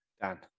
Dan